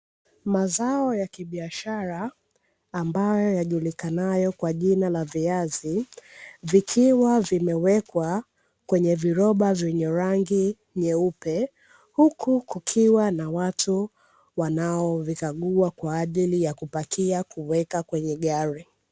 Mazao ya kibiashara ,ambayo yajulikanayo kwa jina la viazi, vikiwa vimewekwa kwenye viroba vyenye rangi nyeupe. Huku kukiwa na watu wanaovikagua kwajili ya kupakia kuweka kwenye gari.